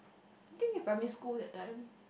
think in primary school that time